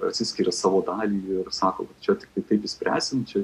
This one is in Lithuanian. atsiskiria savo dalį ir sako kad čia tiktai taip išspręsim čia